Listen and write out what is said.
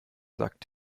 sagt